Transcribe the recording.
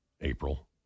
April